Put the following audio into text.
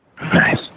Nice